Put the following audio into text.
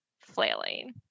flailing